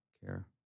care